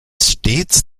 stets